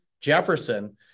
Jefferson